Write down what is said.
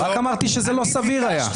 רק אם תצעקו ולא תתנו לי לדבר,